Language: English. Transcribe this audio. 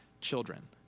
children